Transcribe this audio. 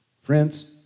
Friends